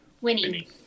Winnie